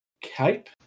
cape